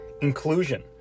inclusion